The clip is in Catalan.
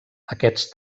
aquests